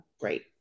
great